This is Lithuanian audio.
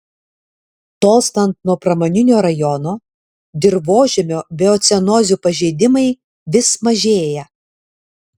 tolstant nuo pramoninio rajono dirvožemio biocenozių pažeidimai vis mažėja